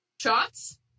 Shots